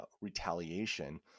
retaliation